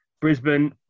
Brisbane